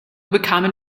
bekamen